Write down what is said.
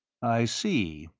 i see,